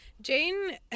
Jane